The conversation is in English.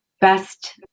best